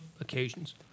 occasions